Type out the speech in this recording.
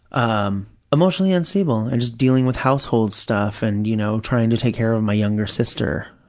um emotionally unstable and just dealing with household stuff and, you know, trying to take care of my younger sister,